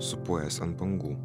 sūpuojasi ant bangų